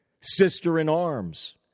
sister-in-arms